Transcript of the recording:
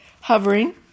hovering